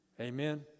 Amen